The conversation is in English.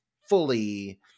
fully